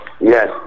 Yes